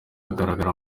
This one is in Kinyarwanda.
agaragara